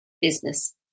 business